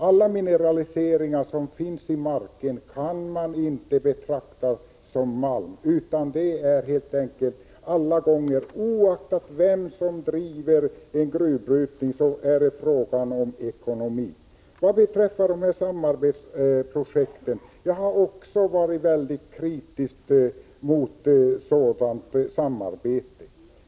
Alla mineraler som finns i marken kan man inte betrakta som malm. Oaktat vem som har hand om en gruvbrytning är det fråga om ekonomi. Jag har också varit kritisk mot samarbetsprojektet.